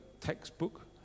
textbook